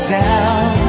down